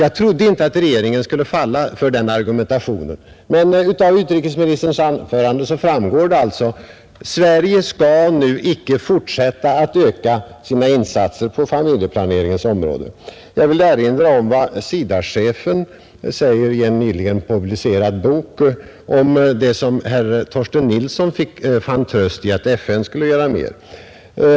Jag trodde inte att regeringen skulle falla för den argumentationen, men av utrikesministerns anförande framgår alltså att Sverige nu inte skall fortsätta att öka sina insatser på familjeplaneringens område. Jag vill erinra om vad SIDA-chefen anför i en nyligen publicerad bok om det som herr Torsten Nilsson fann tröst i, nämligen att FN skulle göra mer.